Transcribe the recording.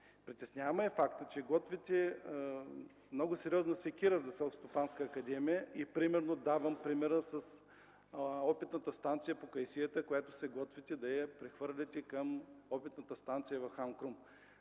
Притеснява ме и фактът, че готвите много сериозна секира за Селскостопанска академия. Давам пример с Опитната станция по кайсията, която се готвите да прехвърлите към Опитната станция в Хан Крум.